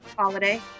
Holiday